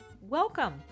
Welcome